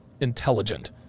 intelligent